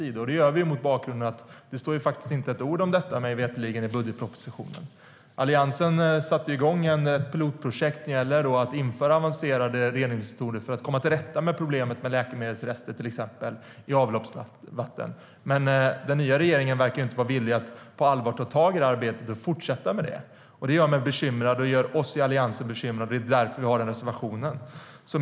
Det gör vi mot bakgrund av att det mig veterligen inte står ett ord om detta i budgetpropositionen. Alliansen satte igång ett pilotprojekt när det gäller att införa avancerade reningsmetoder för att komma till rätta med till exempel problemet med läkemedelsrester i avloppsvatten. Men den nya regeringen verkar inte vara villig att på allvar ta tag i detta arbete och fortsätta med det. Det gör mig och de andra i Alliansen bekymrade, och det är därför som vi har en reservation om det.